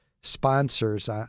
sponsors